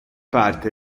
parte